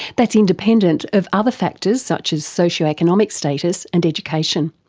that's independent of other factors such as socioeconomic status and education.